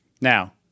Now